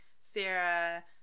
Sarah